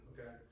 Okay